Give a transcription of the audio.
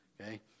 okay